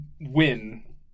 win